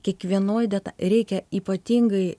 kiekvienoj deta reikia ypatingai